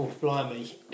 blimey